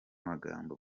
magambo